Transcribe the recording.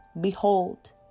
Behold